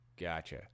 Gotcha